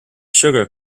sugar